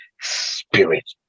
spirit